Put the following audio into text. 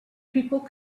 people